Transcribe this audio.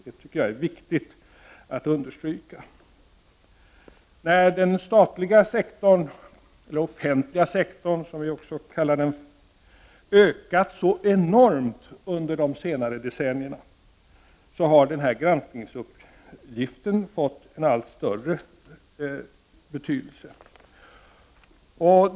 Det tycker jag är viktigt att understryka. När den statliga sektorn, eller den offentliga sektorn som vi också kallar den, ökat så enormt under de senaste decennierna har denna granskningsuppgift fått en allt större betydelse.